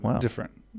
different